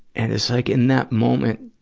and it's like, in that moment,